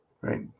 Right